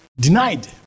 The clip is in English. denied